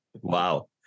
Wow